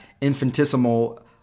infinitesimal